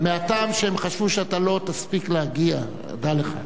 מהטעם שהם חשבו שאתה לא תספיק להגיע, דע לך.